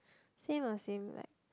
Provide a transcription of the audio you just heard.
same ah same like